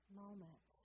moment